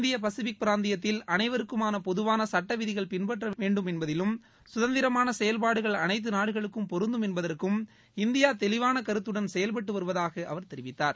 இந்திய பசிபிக் பிராந்தியத்தில் அனைவருக்குமான பொதுவான சட்ட விதிகள் பின்பற்றப்பட வேண்டும் என்பதிலும் சுதந்திரமான செயல்பாடுகள் அனைத்து நாடுகளுக்கும் பொருந்தும் என்பதற்கும் இந்தியா தெளிவான கருத்துடன் செயல்பட்டு வருவதாக அவர் தெரிவித்தார்